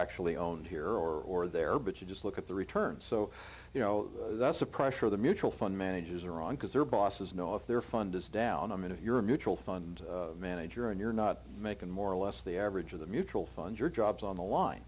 actually own here or there but you just look at the returns so you know that's a pressure the mutual fund managers are on because their bosses know if their fund is down i mean if you're a mutual fund manager and you're not making more or less the average of the mutual fund your job's on the line